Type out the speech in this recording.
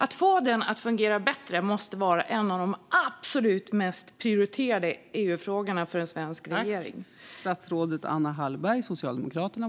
Att få den att fungera bättre måste vara en av de absolut mest prioriterade EU-frågorna för en svensk regering.